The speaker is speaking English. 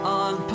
on